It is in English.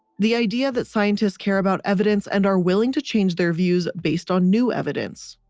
the idea that scientists care about evidence and are willing to change their views based on new evidence.